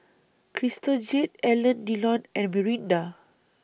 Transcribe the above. Crystal Jade Alain Delon and Mirinda